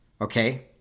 Okay